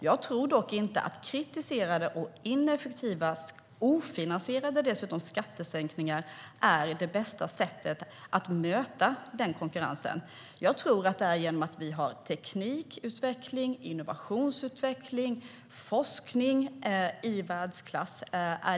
Jag tror dock inte att kritiserade, ineffektiva och dessutom ofinansierade skattesänkningar är det bästa för att möta konkurrensen. Jag tror att det handlar om att vi har teknikutveckling, innovationsutveckling och forskning i världsklass.